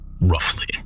roughly